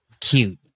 cute